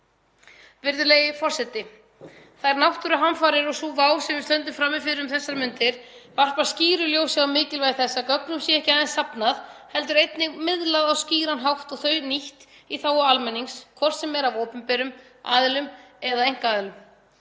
Virðulegi forseti. Þær náttúruhamfarir og sú vá sem við stöndum frammi fyrir um þessar mundir varpa skýru ljósi á mikilvægi þess að gögnum sé ekki aðeins safnað heldur einnig miðlað á skýran hátt og að þau séu nýtt í þágu almennings, hvort sem er af opinberum aðilum eða einkaaðilum.